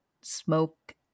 smoke